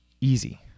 easy